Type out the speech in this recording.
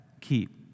keep